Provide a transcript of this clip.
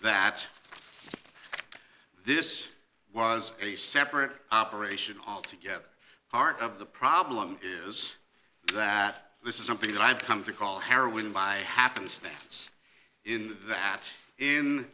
this was a separate operation altogether part of the problem is that this is something that i've come to call heroin by happenstance in that in